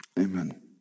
Amen